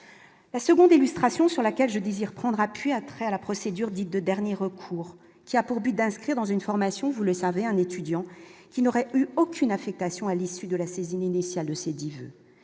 la seconde illustration sur laquelle je désire prendre appui a trait à la procédure dite de dernier recours qui a pour but d'inscrire dans une formation, vous le savez, un étudiant qui n'aurait aucune affectation à l'issue de la saisine initiale de ces la